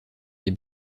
des